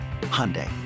Hyundai